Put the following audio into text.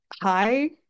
hi